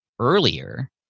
earlier